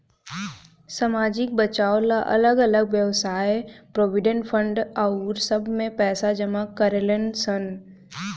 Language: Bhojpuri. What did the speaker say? सामाजिक बचाव ला अलग अलग वयव्साय प्रोविडेंट फंड आउर सब में पैसा जमा करेलन सन